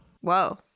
Whoa